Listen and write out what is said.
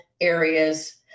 areas